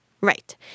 Right